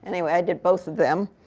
and i did both of them.